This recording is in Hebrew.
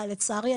לצערי,